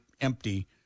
empty